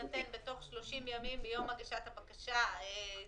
אלא הם יהיו מ-30 ימים לאחר מועד הדרישה שקיבל אותו מעסיק להשיב.